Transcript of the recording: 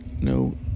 No